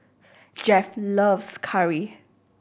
Jeff loves curry